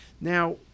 Now